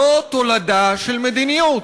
זו תולדה של מדיניות,